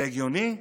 זה הגיוני?